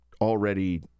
already